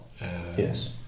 Yes